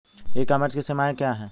ई commerce की सीमाएं क्या हैं?